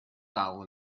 dal